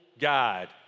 guide